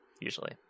Usually